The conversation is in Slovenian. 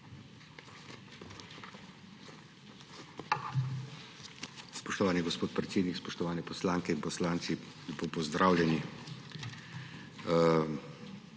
Spoštovani gospod predsednik, spoštovane poslanke in poslanci, lepo pozdravljeni!